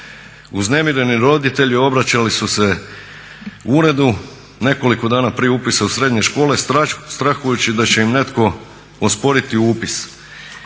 Uznemireni roditelji obraćali su se uredu nekoliko dana prije upisa u srednje škole strahujući da će im netko osporiti upis.